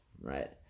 right